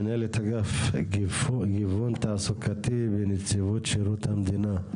מנהלת אגף גיוון תעסוקתי בנציבות שירות המדינה.